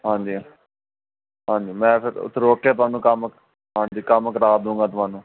ਹਾਂਜੀ ਹਾਂਜੀ ਮੈਂ ਫਿਰ ਉੱਥੇ ਰੋਕਿਆ ਤੁਹਾਨੂੰ ਕੰਮ ਹਾਂਜੀ ਕੰਮ ਕਰਾ ਦਊਗਾ ਤੁਆਨੂੰ